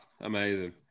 amazing